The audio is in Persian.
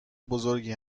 بزرگی